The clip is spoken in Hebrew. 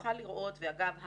ואגב,